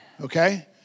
Okay